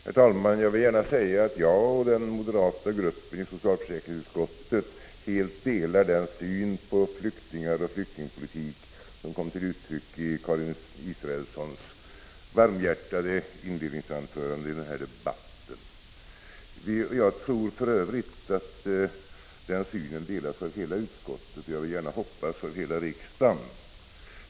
Herr talman! Jag vill gärna säga att jag och den moderata gruppen i socialförsäkringsutskottet helt delar den syn på flyktingar och flyktingpolitik som kom till uttryck i Karin Israelssons varmhjärtade inledningsanförande i den här debatten. Jag tror för övrigt att den synen delas av hela utskottet och, vill jag gärna hoppas, av hela riksdagen.